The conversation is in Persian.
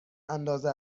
اندازه